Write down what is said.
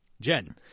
Jen